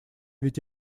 ведь